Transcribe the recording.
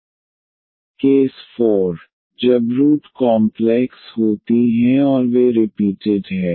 yeαxc1cos βx c2sin βx c3e3xcnenx case IV जब root complex होती हैं और वे रिपीटेड है